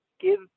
give